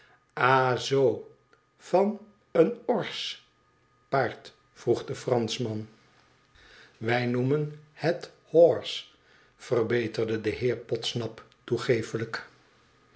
zoo van een orse paard vroeg de franschman wij noemen het hor se verbeterde de heer podsnap toegeeflijk